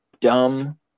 dumb